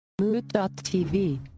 Mood.tv